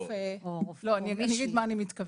לא, אני אגיד ראשית מה אני מתכוונת.